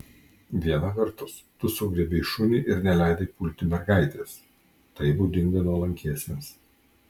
viena vertus tu sugriebei šunį ir neleidai pulti mergaitės tai būdinga nuolankiesiems